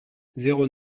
zéro